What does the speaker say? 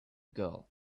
girl